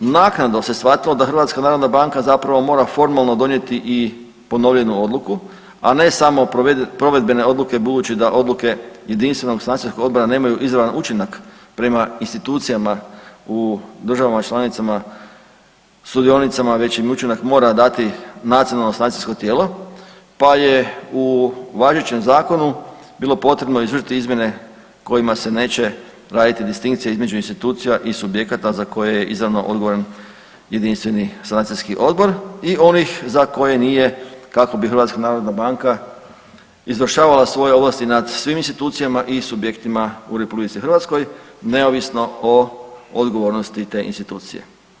Naknadno se shvatilo da HNB zapravo mora formalno donijeti i ponovljenu odluku, a ne samo provedbene odluke budući da odluke Jedinstvenog sanacijskog odbora nemaju izravan učinak prema institucijama u državama članicama sudionicama već im učinak mora dati nacionalno sanacijsko tijelo pa je u važećem zakonu bilo potrebno izvršiti izmjene kojima se neće raditi distinkcija između institucija i subjekata za koje je izravno odgovoran Jedinstveni sanacijski odbor i onih za koje nije kako bi HNB izvršavala svoje ovlasti nad svim institucijama i subjektima u RH neovisno o odgovornosti te institucije.